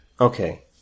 Okay